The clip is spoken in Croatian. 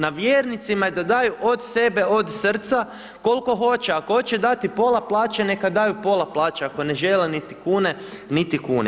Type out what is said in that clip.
Na vjernicima je da daju od sebe, od srca koliko hoće, ako hoće dati pola plaće, neka daju pola plaće, ako ne žele niti kune, niti kune.